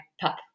pup